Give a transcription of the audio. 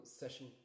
session